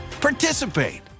participate